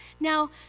Now